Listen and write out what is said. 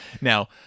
Now